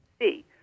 see